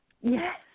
yes